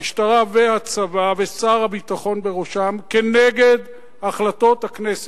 המשטרה והצבא ושר הביטחון בראשם פועלים כנגד החלטות הכנסת.